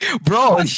bro